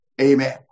Amen